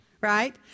right